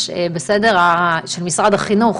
היה ראיון עם מנכ"ל משרד החינוך